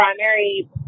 primary